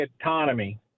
autonomy